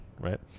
right